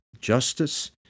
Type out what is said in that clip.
justice